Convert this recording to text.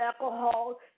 alcohol